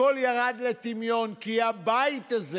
הכול ירד לטמיון, כי הבית הזה